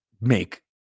make